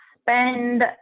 spend